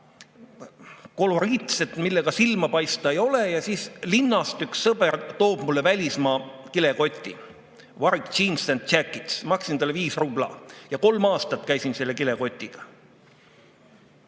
koloriitset, millega silma paista, mul ei ole. Ja siis linnast üks sõber toob mulle välismaa kilekoti "Varick Jeans and Jackets". Ma maksin talle viis rubla ja kolm aastat käisin selle kilekotiga.